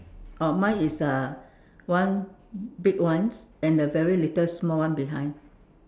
oh mine is a one big one and the very little small one behind